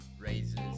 raises